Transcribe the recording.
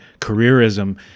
careerism